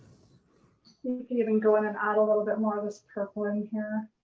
so even go in and add a little bit more of this purple in here.